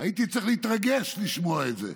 הייתי צריך להתרגש לשמוע את זה: